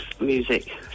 music